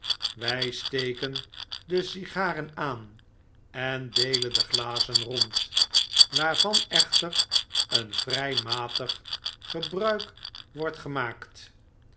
wy steken de sigaren aan en deelen de glazen rond waarvan echter een vrij matig gebruik wordt gemaakt